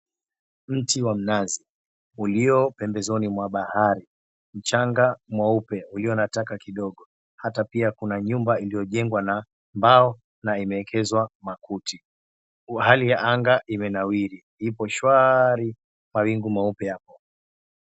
Mti wa mnazi uliyo pembezoni mwa bahari, mchanga mweupe uliyo na taka kidogo, hata pia kuna nyumba iliyojengwa na mbao na imeekezwa makuti. Huku hali ya anga imenawiri, ipo shwari mawingu meupe yako.